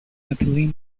methylene